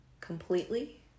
completely